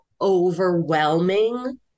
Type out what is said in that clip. overwhelming